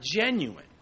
genuine